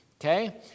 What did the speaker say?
okay